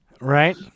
Right